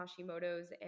Hashimoto's